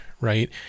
right